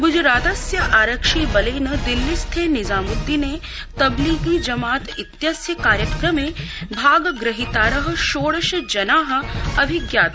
ग्जरातस्य आरक्षिबलेन दिल्लीस्थे निजामुद्दीने तब्लीगी जमात इत्यस्य कार्यक्रमे भाग ग्रहीतार षोडश जना अभिज्ञाता